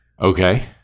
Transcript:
Okay